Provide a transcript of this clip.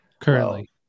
currently